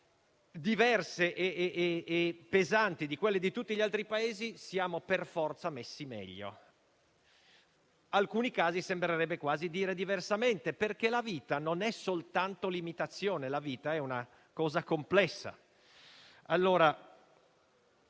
diverse da quelle di tutti gli altri Paesi, siamo per forza messi meglio. Alcuni casi sembrerebbero quasi dire diversamente, perché la vita non è soltanto limitazione, ma è una cosa complessa.